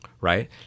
right